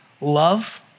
love